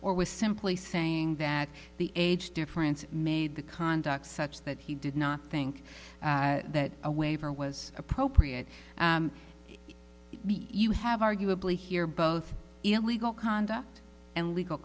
or was simply saying that the age difference made the conduct such that he did not think that a waiver was appropriate you have arguably here both illegal conduct and legal